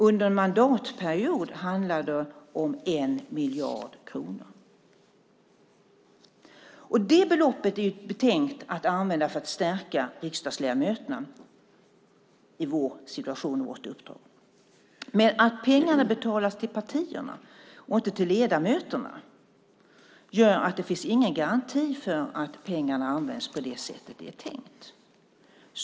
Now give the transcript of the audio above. Under en mandatperiod handlar det om 1 miljard kronor. Det beloppet är tänkt att använda för att stärka oss riksdagsledamöter i vår situation och i vårt uppdrag. Att pengarna betalas till partierna och inte till ledamöterna gör att det inte finns någon garanti för att pengarna används på det sätt det är tänkt.